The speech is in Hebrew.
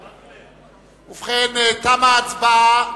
ובכן, תמה ההצבעה.